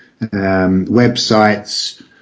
websites